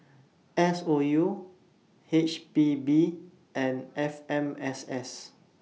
S O U H P B and F M S S